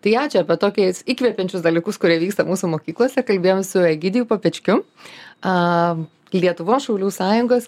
tai ačiū apie tokiais įkvepiančius dalykus kurie vyksta mūsų mokyklose kalbėjom su egidijum papečkiu a lietuvos šaulių sąjungos